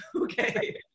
okay